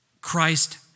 Christ